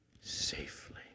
safely